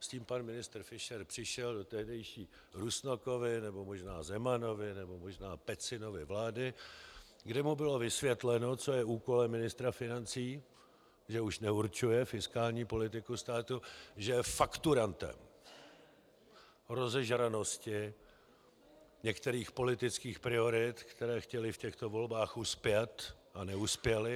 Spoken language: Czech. S tím pan ministr Fischer přišel do tehdejší Rusnokovy nebo možná Zemanovy, nebo možná Pecinovy vlády, kde mu bylo vysvětleno, co je úkolem ministra financí: že už neurčuje fiskální politiku státu, že je fakturantem rozežranosti některých politických priorit, které chtěly v těchto volbách uspět a neuspěly.